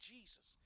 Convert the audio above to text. Jesus